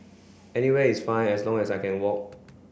anywhere is fine as long as I can walk